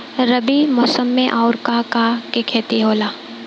रबी मौसम में आऊर का का के खेती होला?